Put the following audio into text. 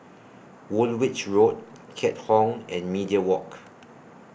Woolwich Road Keat Hong and Media Walk